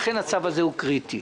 ולכן הצו הזה קריטי,